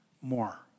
more